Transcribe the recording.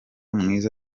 mwiza